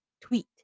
tweet